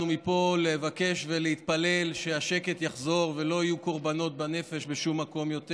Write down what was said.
חוק ומשפט תועבר לדיון בוועדה